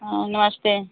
हाँ नमस्ते